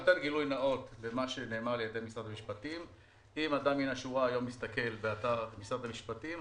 אם אדם מין השורה מסתכל היום באתר משרד המשפטים,